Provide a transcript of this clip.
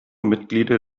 mitglieder